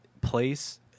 place